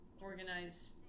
organize